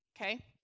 okay